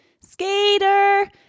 skater